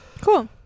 cool